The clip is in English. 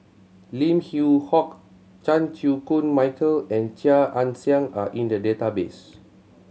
Lim Yew Hock Chan Chew Koon Michael and Chia Ann Siang are in the database